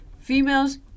Females